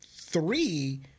three